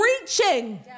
reaching